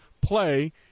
play